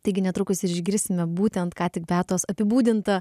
taigi netrukus išgirsime būtent ką tik beatos apibūdinta